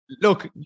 look